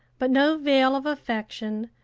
but no veil of affection,